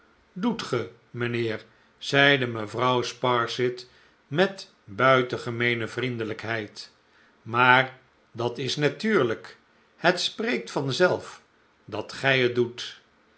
doet ge mijnheer zeide mevrouw sparsit met buitengemeene vriendelijkheid maar dat is natuurlijk het spreekt vanzelf dat gij het doet